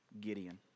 Gideon